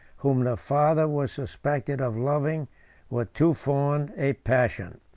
whom the father was suspected of loving with too fond a passion.